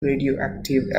radioactive